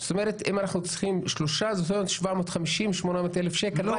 זאת אומרת, 750-800,000 שקל רק למצילים.